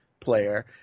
player